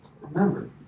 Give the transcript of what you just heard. Remember